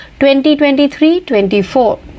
2023-24